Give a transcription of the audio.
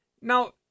Now